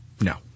no